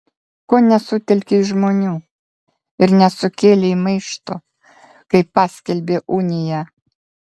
ko nesutelkei žmonių ir nesukėlei maišto kai paskelbė uniją